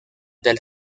del